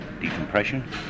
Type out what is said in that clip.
decompression